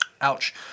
Ouch